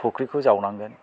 फुख्रिखौ जावनांगोन